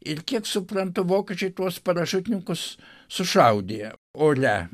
ir kiek suprantu vokiečiai tuos parašiutininkus sušaudė ore